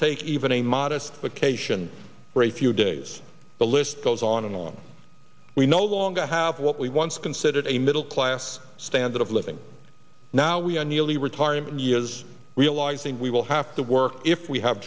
take even a modest occasion for a few days the list goes on and on we no longer have what we once considered a middle class standard of living now we are nearly retirement years realizing we will have to work if we have